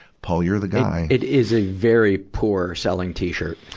paul, you're the guy. it is a very poor selling t-shirt.